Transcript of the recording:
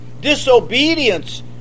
Disobedience